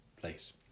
place